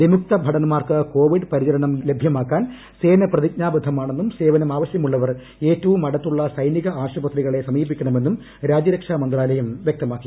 വിമുക്ത ഭടന്മാർക്ക് കോവിഡ് പരിചരണം ലഭൃമാക്കാൻ സേന പ്രതിജ്ഞാബദ്ധമാണെന്നും സേവനം ആവശ്യമുള്ളവർ ഏറ്റവും അടുത്തുള്ള സൈനിക ആശുപത്രികളെ സമീപിക്കണമെന്നും രാജ്യ രക്ഷാ മന്ത്രാലയം വ്യക്തമാക്കി